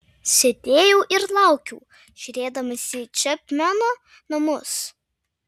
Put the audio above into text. sėdėjau ir laukiau žiūrėdamas į čepmeno namus